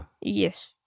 Yes